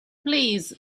please